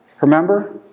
Remember